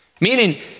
Meaning